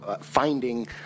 finding